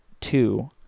two